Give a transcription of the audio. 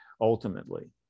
ultimately